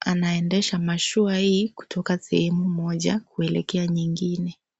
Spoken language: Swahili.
anaendesha mashua hii kutoka sehemu moja kuelekea nyingine.